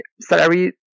salary